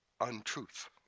untruth